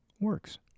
works